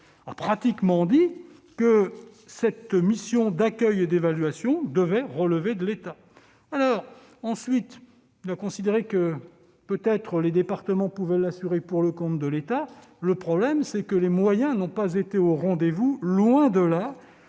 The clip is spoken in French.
a pratiquement dit que cette mission d'accueil et d'évaluation devait relever de l'État. Ensuite, il a considéré que peut-être les départements pouvaient l'assurer pour le compte de l'État. Le problème, c'est que les moyens n'ont pas été au rendez-vous, loin de là,